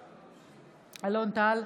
בעד אלון טל,